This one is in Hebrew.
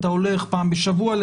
אתה הולך פעם בשבוע.